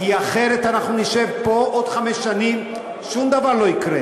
כי אחרת אנחנו נשב פה עוד חמש שנים ושום דבר לא יקרה.